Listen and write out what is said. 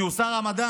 כי הוא שר המדע.